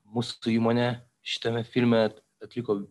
mūsų įmonė šitame filme atliko